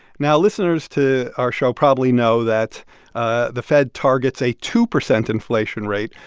now, listeners to our show probably know that ah the fed targets a two percent inflation rate.